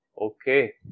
Okay